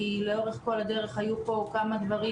כי לאורך כל הדרך היו פה כמה דברים